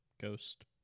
ghost